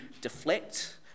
deflect